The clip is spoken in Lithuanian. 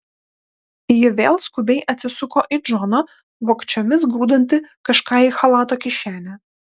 ji vėl skubiai atsisuko į džoną vogčiomis grūdantį kažką į chalato kišenę